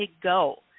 go